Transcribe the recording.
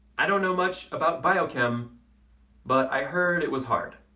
i don't know much about biochem but i heard it was hard.